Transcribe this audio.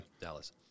Dallas